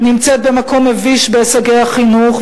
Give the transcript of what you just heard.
נמצאת במקום מביש בהישגי החינוך,